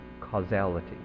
causality